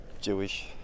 Jewish